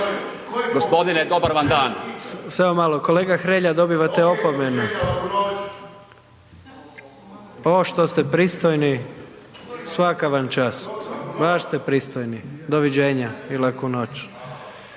Gordan (HDZ)** Samo malo, kolega Hrelja dobivate opomenu. O što ste pristojni, svaka vam čast, baš ste pristojni, doviđenja i laku noć.